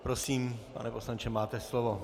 Prosím, pane poslanče, máte slovo.